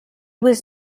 was